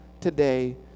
today